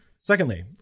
Secondly